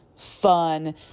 fun